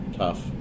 tough